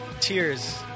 tears